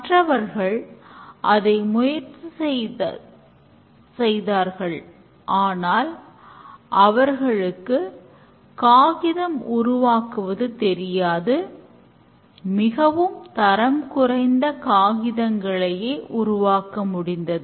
மற்றவர்கள் அதை முயற்சி செய்தார்கள் ஆனால் அவர்களுக்கு காகிதம் உருவாக்குவது தெரியாது மிகவும் தரம் குறைந்த காகிதங்களையே உருவாக்க முடிந்தது